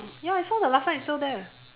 ya I saw the last time it's still there